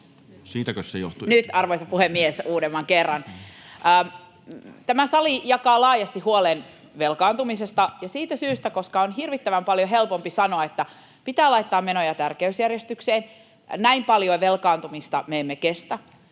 Time: 14:00 Content: Arvoisa puhemies! Tämä sali jakaa laajasti huolen velkaantumisesta, ja koska on hirvittävän paljon helpompi sanoa, että pitää laittaa menoja tärkeysjärjestykseen, näin paljoa velkaantumista me emme kestä,